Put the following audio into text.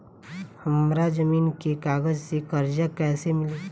हमरा जमीन के कागज से कर्जा कैसे मिली?